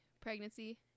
pregnancy